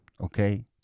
okay